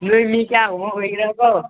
ꯅꯣꯏ ꯃꯤ ꯀꯌꯥꯒꯨꯝꯕ ꯑꯣꯏꯒꯦꯔꯥꯀꯣ